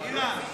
ועדה.